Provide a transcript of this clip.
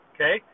Okay